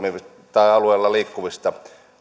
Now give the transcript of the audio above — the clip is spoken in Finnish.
alueella liikkuvista